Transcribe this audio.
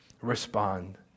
respond